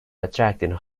attracting